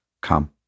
come